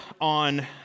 on